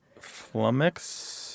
Flummox